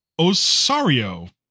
Osario